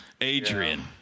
Adrian